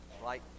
right